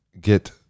get